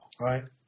right